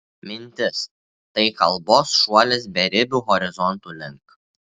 mintis tai kalbos šuolis beribių horizontų link